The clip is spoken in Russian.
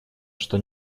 что